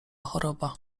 choroba